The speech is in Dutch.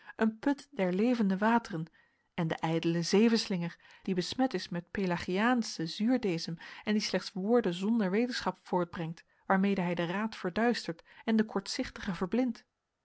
een put der levende wateren en den ijdelen zevenslinger die besmet is met pelagiaanschen zuurdeesem en die slechts woorden zonder wetenschap voortbrengt waarmede hij den raad verduistert en de kortzichtigen verblindt